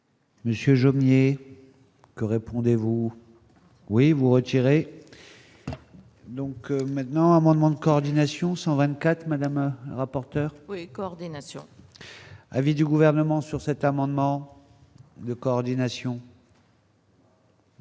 Monsieur Jomier, que répondez-vous oui vous retirer. Donc maintenant demande coordination 124 Madame rapporteur coordination avis du gouvernement, sur cet amendement de coordination.